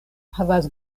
havas